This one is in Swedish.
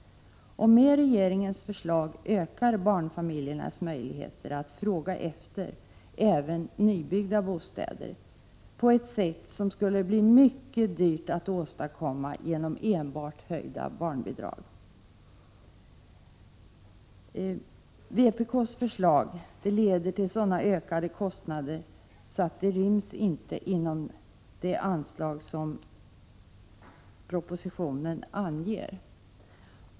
Med regeringens förslag ökar barnfamiljernas möjligheter att efterfråga även nybyggda bostäder på ett sätt som skulle bli mycket dyrt att åstadkomma genom enbart höjda barnbidrag. Vpk:s förslag leder till så starkt ökade kostnader att det inte ryms inom det anslag som propositionen anger.